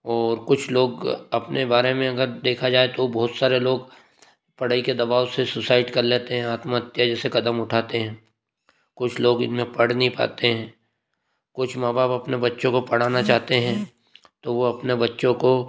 और कुछ लोग अपने बारे में अगर देखा जाए तो बहुत सारे लोग पढ़ाई के दबाव से सुसाइड कर लेते हैं आत्महत्या जैसे कदम उठते हैं कुछ लोग इनमें पढ़ नहीं पाते हैं कुछ माँ बाप अपने बच्चों को पढ़ना चाहते हैं तो वो अपना बच्चों को